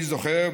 אני זוכר,